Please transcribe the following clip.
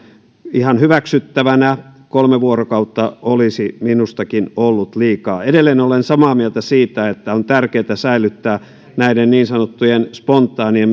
ihan hyväksyttävänä kolme vuorokautta olisi minustakin ollut liikaa edelleen olen samaa mieltä siitä että on tärkeätä säilyttää näiden niin sanottujen spontaanien